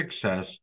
success